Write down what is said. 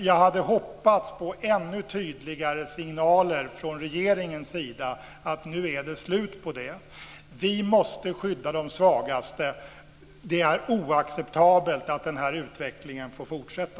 Jag hade hoppats på ännu tydligare signaler från regeringen att det är slut på det nu. Vi måste skydda de svagaste. Det är oacceptabelt att den här utvecklingen får fortsätta.